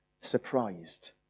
surprised